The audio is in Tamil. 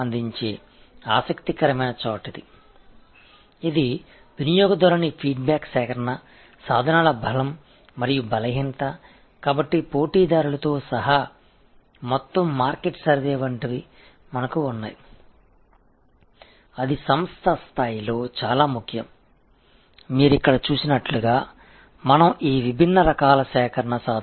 எனவே இவை கஸ்டமர் கருத்து சேகரிப்பு கருவிகளின் ஸ்ட்ரெங்த் மற்றும் வீக்னெஸ் எனவே போட்டியாளர்கள் உட்பட மொத்த சந்தை கணக்கெடுப்பு போன்ற விஷயங்கள் நம்மிடம் உள்ளன உறுதியான அளவில் அது மிகவும் முக்கியமானது